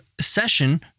session